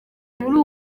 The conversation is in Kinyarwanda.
muri